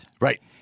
Right